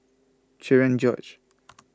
Cherian George